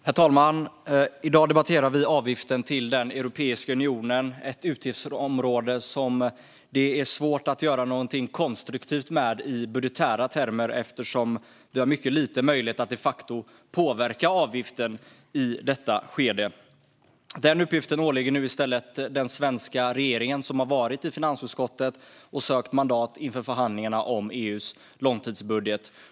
Herr talman! I dag debatterar vi avgiften till Europeiska unionen. Det är ett utgiftsområde som det är svårt att göra någonting konstruktivt med i budgetära termer, eftersom vi i detta skede har mycket liten möjlighet att påverka avgiftens storlek. Den uppgiften åligger nu i stället den svenska regeringen, som har varit i finansutskottet och sökt mandat inför förhandlingarna om EU:s långtidsbudget.